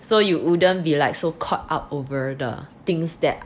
so you wouldn't be like so caught up over the things that